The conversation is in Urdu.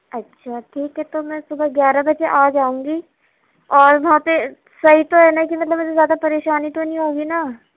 اچھا ٹھیک ہے تو میں صُبح گیارہ بجے آ جاؤں گی اور وہاں پہ صحیح تو ہے نہ کہ مطلب زیادہ پریشانی تو نہیں ہوگی نہ